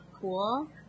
cool